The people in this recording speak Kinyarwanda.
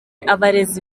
abarezi